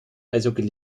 eishockey